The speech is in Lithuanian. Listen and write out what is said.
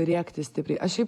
rėkti stipriai aš šiaip